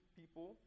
people